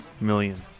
million